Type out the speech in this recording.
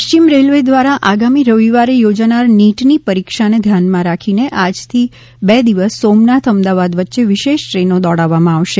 પશ્ચિમ રેલવે દ્વારા આગામી રવિવારે યોજાનાર નીટની પરીક્ષાને ધ્યાનમાં રાખીને આજથી બે દિવસ સોમનાથ અમદાવાદ વચ્ચે વિશેષ દ્રેનો દોડાવવામાં આવશે